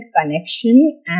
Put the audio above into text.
connection